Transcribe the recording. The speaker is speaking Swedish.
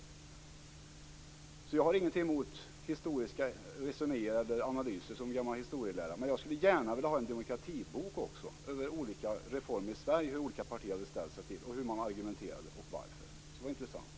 Jag har som gammal historielärare ingenting emot historiska resonemang eller analyser. Men jag skulle också gärna vilja ha en demokratibok över hur olika partier har ställt sig till olika reformer i Sverige, hur man argumenterade och varför. Det skulle vara intressant.